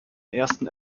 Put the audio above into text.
ersten